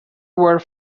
were